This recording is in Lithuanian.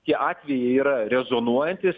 tie atvejai yra rezonuojantys